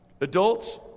Adults